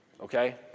okay